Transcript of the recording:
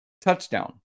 touchdown